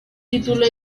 título